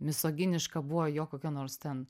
misoginiška buvo jo kokia nors ten